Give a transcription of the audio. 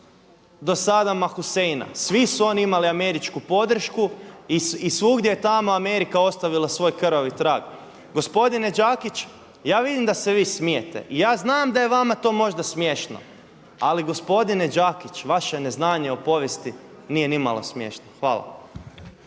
do Sadama Huseina svi su oni imali američku podršku i svugdje je tamo Amerika ostavila svoj krvavi trag. Gospodine Đakić ja vidim da se vi smijete i ja znam da je vama to možda smiješno ali gospodine Đakić vaše neznanje o povijesti nije nimalo smiješno. Hvala.